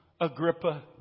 Agrippa